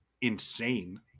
insane—